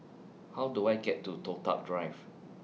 How Do I get to Toh Tuck Drive